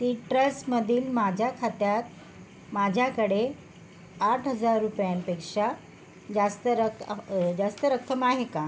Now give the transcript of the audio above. सिट्रसमधील माझ्या खात्यात माझ्याकडे आठ हजार रुपयांपेक्षा जास्त रकम जास्त रक्कम आहे का